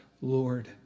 Lord